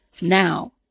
now